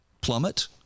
plummet